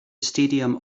stadium